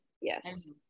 Yes